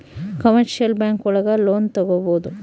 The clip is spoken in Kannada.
ಕಮರ್ಶಿಯಲ್ ಬ್ಯಾಂಕ್ ಒಳಗ ಲೋನ್ ತಗೊಬೋದು